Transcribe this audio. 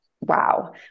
wow